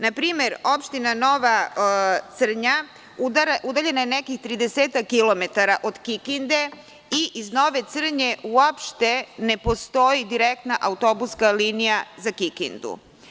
Na primer, opština Nova Crnja udaljena je nekih 30-ak kilometara od Kikinde i iz Nove Crnje uopšte ne postoji direktna autobuska linija za Kikindu.